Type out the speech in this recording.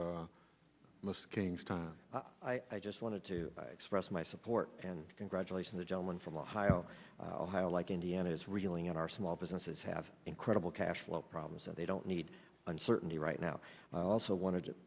time i just wanted to express my support and congratulation the gentleman from ohio ohio like indiana is reeling in our small businesses have incredible cash flow problems and they don't need uncertainty right now i also wanted